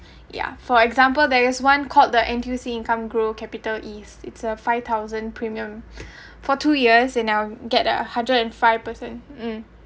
ya for example there is one called the N_T_U_C income grow capital ease it's a five thousand premium for two years and I'll get a hundred and five percent mm